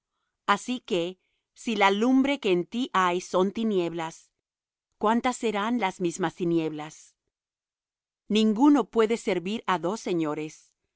así que si la lumbre que en ti hay son tinieblas cuántas serán las mismas tinieblas ninguno puede servir á dos señores